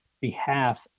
behalf